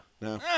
No